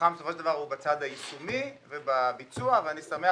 המבחן בסופו של דבר הוא בצד היישומי ובביצוע ואני שמח